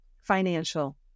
Financial